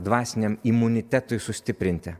dvasiniam imunitetui sustiprinti